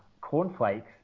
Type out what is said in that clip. Cornflakes